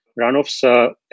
runoffs